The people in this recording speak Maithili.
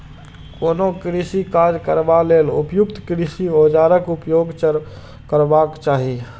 कोनो कृषि काज करबा लेल उपयुक्त कृषि औजारक उपयोग करबाक चाही